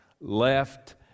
left